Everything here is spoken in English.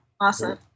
awesome